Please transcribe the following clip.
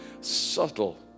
subtle